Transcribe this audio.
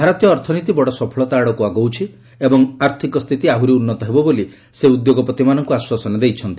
ଭାରତୀୟ ଅର୍ଥନୀତି ବଡ଼ ସଫଳତା ଆଡ଼କୁ ଆଗଉଛି ଏବଂ ଆର୍ଥିକ ସ୍ଥିତି ଆହୁରି ଉନ୍ତ ହେବ ବୋଲି ସେ ଉଦ୍ୟୋଗପତିମାନଙ୍କୁ ଆଶ୍ୱାସନା ଦେଇଛନ୍ତି